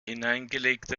hineingelegte